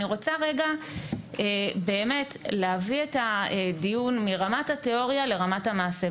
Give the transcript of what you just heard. אני רוצה להביא את הדיון מרמת התיאוריה לרמת המעשה.